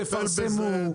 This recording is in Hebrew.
תפרסמו,